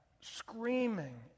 screaming